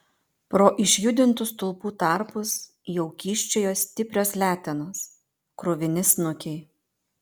pro išjudintų stulpų tarpus jau kyščiojo stiprios letenos kruvini snukiai